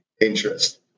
interest